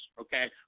okay